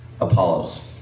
Apollos